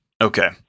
Okay